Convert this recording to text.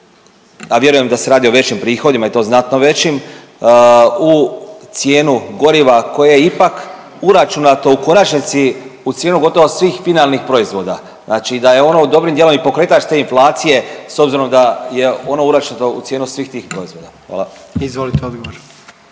a vjerujem da se radi o većim prihodima i to znatno većim u cijenu goriva koje je ipak uračunato u konačnici u cijenu gotovo svih finalnih proizvoda. Znači da je ono dobrim dijelom i pokretač te inflacije s obzirom da je ono uračunato u cijenu svih tih proizvoda. Hvala. **Jandroković,